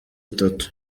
itatu